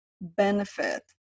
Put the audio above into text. benefit